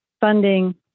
funding